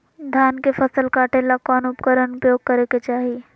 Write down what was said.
धान के फसल काटे ला कौन उपकरण उपयोग करे के चाही?